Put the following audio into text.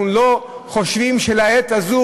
אנחנו לא חושבים שלעת הזאת,